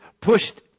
pushed